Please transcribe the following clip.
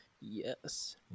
Yes